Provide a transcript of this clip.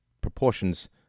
proportions